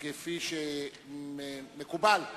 כפי שמקובל,